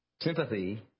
Sympathy